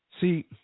See